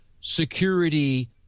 security